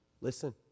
listen